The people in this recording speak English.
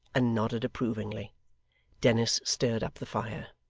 and nodded approvingly dennis stirred up the fire.